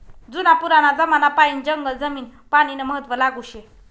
जुना पुराना जमानापायीन जंगल जमीन पानीनं महत्व लागू शे